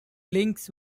links